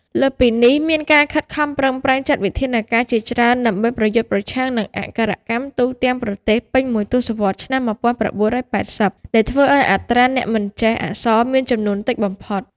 លើសពីនេះ មានការខិតខំប្រឹងប្រែងចាត់វិធានការជាច្រើនដើម្បីប្រយុទ្ធប្រឆាំងនឹងអនក្ខរកម្មទូទាំងប្រទេសពេញមួយទសវត្សរ៍ឆ្នាំ១៩៨០ ដែលធ្វើឱ្យអត្រាអ្នកមិនចេះអក្សរមានចំនួនតិចបំផុត។